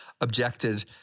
objected